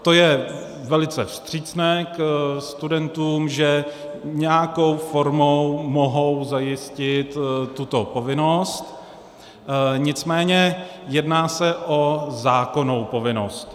To je velice vstřícné ke studentům, že nějakou formou mohou zajistit tuto povinnost, nicméně se jedná o zákonnou povinnost.